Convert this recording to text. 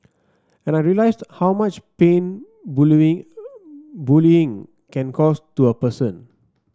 and I realised how much pain bullying bullying can cause to a person